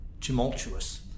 tumultuous